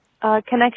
connection